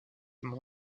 dans